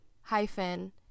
hyphen